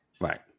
Right